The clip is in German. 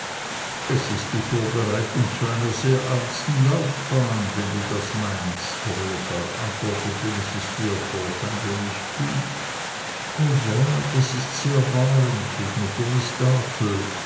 es ist die vorbereitung zu einer sehr ernsten laufbahn wenn du das meinst rosa antwortete mrs steerforth ein wenig kühl o ja das ist sehr wahr entgegnete miß dartle